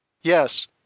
Yes